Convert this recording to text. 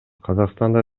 казакстанда